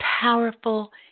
powerful